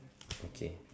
okay